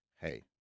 hey